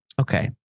Okay